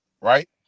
right